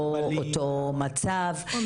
אז גם הן יהיו שותפות לדיון הזה.